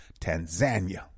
Tanzania